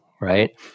right